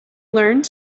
learned